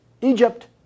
Egypt